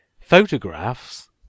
photographs